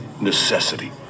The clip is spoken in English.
necessity